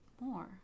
more